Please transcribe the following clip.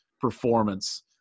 performance